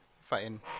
fighting